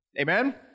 Amen